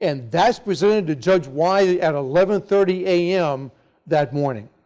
and that is presented to judge wylie at eleven thirty am that morning.